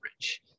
rich